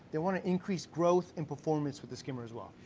they wanna increase growth and performance with the skimmer as well.